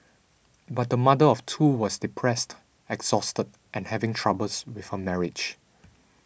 but the mother of two was depressed exhausted and having troubles with her marriage